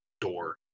door